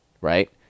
right